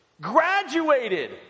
Graduated